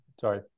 Sorry